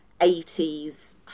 80s